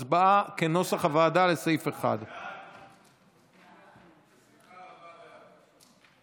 הצבעה, כנוסח הוועדה, על סעיף 1. סעיף 1 נתקבל.